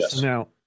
Now